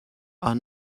are